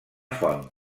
font